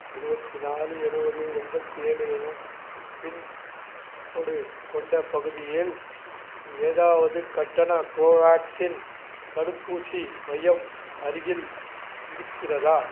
இருபத்தி நாலு எழுபது எண்பத்தி ஏழு எனும் பின்கோட் கொண்ட பகுதியில் ஏதாவது கட்டண கோவேக்சின் தடுப்பூசி மையம் அருகில் இருக்கிறதா